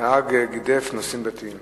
תשובת שר התחבורה והבטיחות